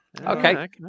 Okay